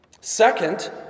Second